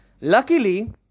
Luckily